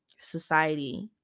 society